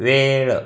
वेळ